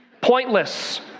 Pointless